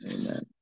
Amen